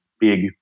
big